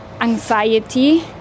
anxiety